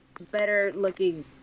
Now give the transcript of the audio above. better-looking